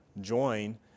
join